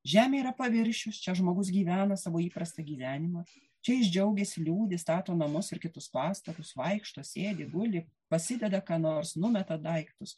žemė yra paviršius čia žmogus gyvena savo įprastą gyvenimą čia jis džiaugiasi liūdi stato namus ir kitus pastatus vaikšto sėdi guli pasideda ką nors numeta daiktus